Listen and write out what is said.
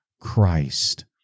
Christ